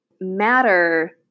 Matter